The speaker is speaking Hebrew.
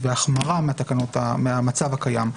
והחמרה מהמצב הקיים.